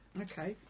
Okay